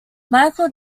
michael